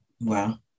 Wow